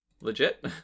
legit